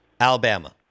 Alabama